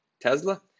Tesla